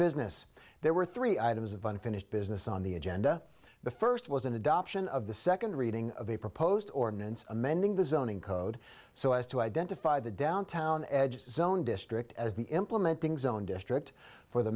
business there were three items of unfinished business on the agenda the first was an adoption of the second reading of a proposed ordinance amending the zoning code so as to identify the downtown edge zone district as the implementing zone district for the